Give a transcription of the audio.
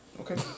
Okay